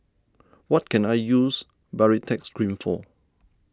what can I use Baritex Cream for